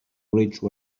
bridge